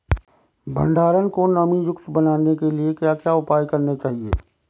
भंडारण को नमी युक्त बनाने के लिए क्या क्या उपाय करने चाहिए?